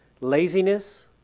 Laziness